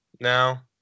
now